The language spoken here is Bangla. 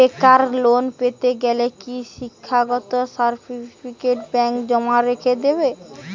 বেকার লোন পেতে গেলে কি শিক্ষাগত সার্টিফিকেট ব্যাঙ্ক জমা রেখে দেবে?